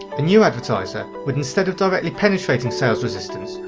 a new advertiser would instead of directly penetrating sales resistance,